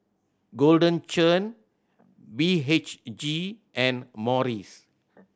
Golden Churn B H G and Morries